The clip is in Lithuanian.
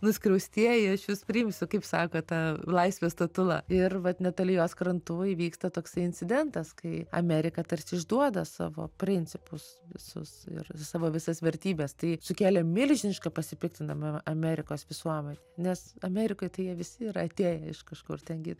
nuskriaustieji aš jus priimsiu kaip sako ta laisvės statula ir vat netoli jos krantų įvyksta toksai incidentas kai amerika tarsi išduoda savo principus visus ir savo visas vertybes tai sukėlė milžinišką pasipiktinimą amerikos visuomenėj nes amerika tai jie visi yra atėję iš kažkur ten gi